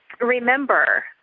remember